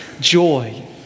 joy